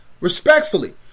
Respectfully